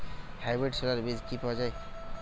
Hybrid ছোলার বীজ কি পাওয়া য়ায়?